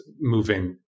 moving